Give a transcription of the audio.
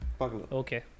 okay